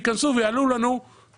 ויעלו לנו את הארנונה,